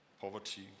poverty